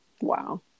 Wow